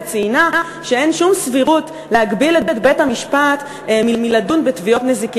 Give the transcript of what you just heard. וציינה שאין שום סבירות להגביל את בית-המשפט מלדון בתביעות נזיקין.